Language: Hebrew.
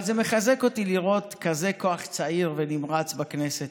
אבל זה מחזק אותי לראות כוח צעיר ונמרץ כזה בכנסת.